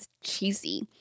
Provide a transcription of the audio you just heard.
cheesy